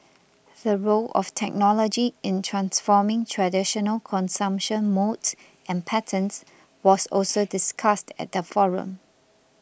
the role of technology in transforming traditional consumption modes and patterns was also discussed at the forum